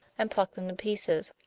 and pluck them to pieces.